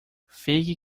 fique